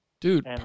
Dude